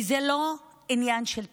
כי זה לא עניין של תקציבים,